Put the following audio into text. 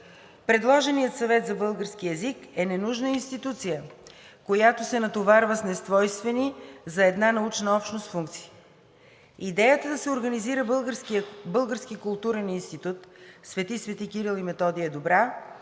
Предложеният Съвет за български език е ненужна институция, която се натоварва с несвойствени за една научна общност функции. Идеята да се организира Български културен институт „Св. св. Кирил и Методий“ е добра,